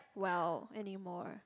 well anymore